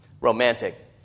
romantic